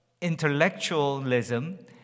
intellectualism